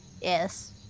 Yes